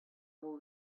all